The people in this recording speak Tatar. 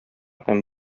һәм